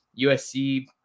USC